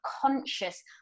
conscious